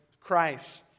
Christ